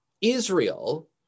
Israel